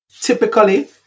typically